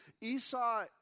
Esau